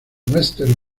western